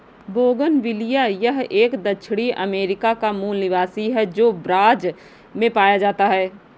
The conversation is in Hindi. बोगनविलिया यह पूर्वी दक्षिण अमेरिका का मूल निवासी है, जो ब्राज़ से पाया जाता है